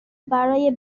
برای